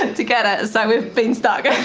and to get it, so we've been stuck.